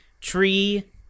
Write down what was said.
Tree